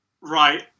Right